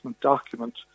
document